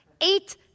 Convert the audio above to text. Eight